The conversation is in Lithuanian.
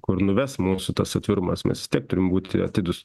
kur nuves mūsų tas atvirumas mes turim būti atidūs